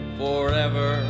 forever